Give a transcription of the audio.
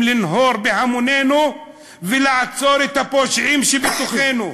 לנהור בהמונינו ולעצור את הפושעים שבתוכנו.